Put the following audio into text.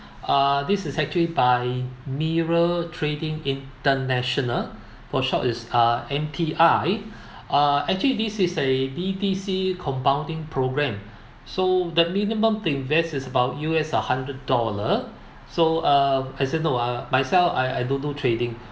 ah this is actually by mirror trading international for short is uh M_T_I uh actually this is a B_T_C compounding programme so the minimum to invest is about U_S a hundred dollar so uh as you know uh myself I I don't know trading